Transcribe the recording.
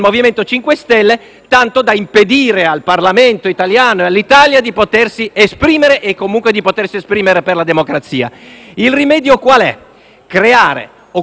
tanto da impedire al Parlamento italiano e all'Italia di potersi esprimere e comunque di potersi esprimere per la democrazia. Il rimedio è creare occupazione finta,